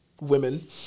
women